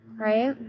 right